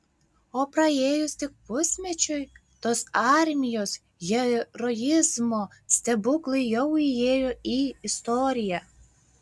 o praėjus tik pusmečiui tos armijos heroizmo stebuklai jau įėjo į istoriją